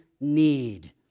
need